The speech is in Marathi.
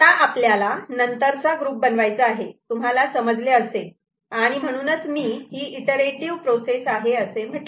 आता आपल्याला नंतरचा ग्रुप बनवायचा आहे तुम्हाला समजले असेल आणि म्हणूनच मी ही इंटरेटीव्ह प्रोसेस आहे असे म्हटले